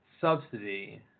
subsidy